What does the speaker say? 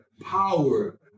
power